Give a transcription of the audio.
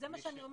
מי ש --- לא,